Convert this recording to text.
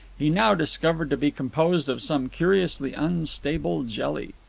he now discovered to be composed of some curiously unstable jelly.